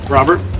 Robert